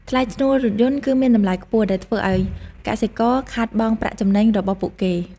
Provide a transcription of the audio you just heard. ថ្លៃឈ្នួលរថយន្ត គឺមានតម្លៃខ្ពស់ ដែលធ្វើឱ្យកសិករខាតបង់ប្រាក់ចំណេញរបស់ពួកគេ។